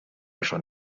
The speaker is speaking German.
schon